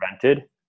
prevented